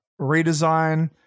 redesign